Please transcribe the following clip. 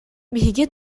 биһиги